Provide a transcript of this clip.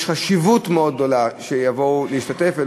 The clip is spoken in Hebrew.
ויש חשיבות מאוד גדולה שיבואו להשתתף.